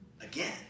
again